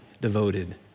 devoted